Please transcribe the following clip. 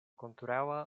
kontraŭa